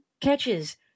catches